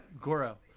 Goro